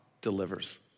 delivers